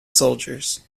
soldiers